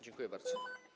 Dziękuję bardzo.